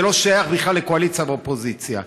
וזה לא שייך בכלל לקואליציה ולאופוזיציה: